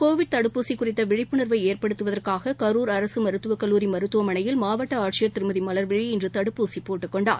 Covid தடுப்பூசி குறித்த விழிப்புணர்வை ஏற்படுத்துவதற்காக கரூர் அரசு மருத்துவக் கல்லூரி மருத்துவமனையில் மாவட்ட ஆட்சியர் திருமதி மலர் விழி இன்று தடுப்பூசி போட்டுக் கொண்டார்